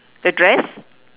the dress